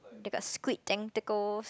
they got squid tentacles